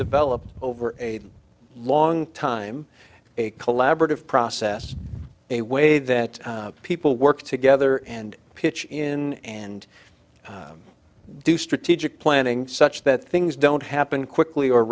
developed over a long time a collaborative process a way that people work together and pitch in and do strategic planning such that things don't happen quickly or